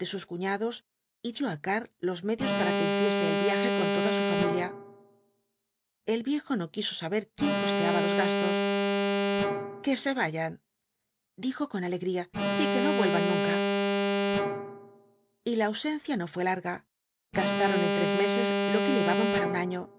sus cuñados y dio á karl los medios para que hiciese el viaje con toda su familia el viejo no quiso saber quién costeaba los gastos que se vayan dijo con alegría y que no vuelvan nunca la ausencia no fué larga gastaron en tres meses lo que llevaban para un año